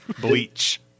bleach